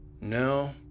No